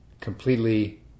completely